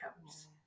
comes